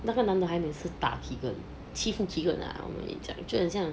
那个男的还每次打 keegan 欺负 keegan ah 就很像